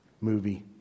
movie